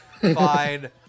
fine